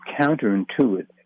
counterintuitive